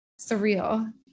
surreal